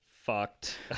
fucked